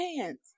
pants